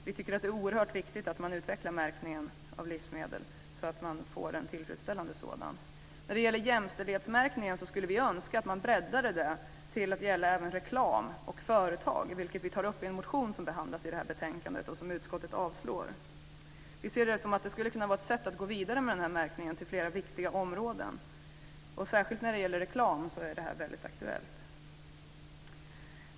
Vi tycker att det är oerhört viktigt att utveckla märkningen av livsmedel så att man får en tillfredsställande sådan. När det gäller jämställdhetsmärkningen skulle vi önska att man breddade den till att gälla även reklam och företag. Det tar vi upp i en motion som behandlas i detta betänkande och som utskottet avstyrker. Vi ser det som att det skulle kunna vara ett sätt att gå vidare med den här märkningen till flera viktiga områden. Särskilt när det gäller reklam är det här väldigt aktuellt.